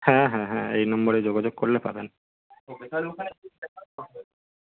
হ্যাঁ হ্যাঁ হ্যাঁ এই নম্বরে যোগাযোগ করলে পাবেন